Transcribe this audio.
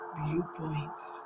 viewpoints